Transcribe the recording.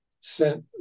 sent